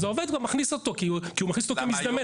אז העובד כבר מכניס אותו כי הוא מכניס אותו כמזדמן.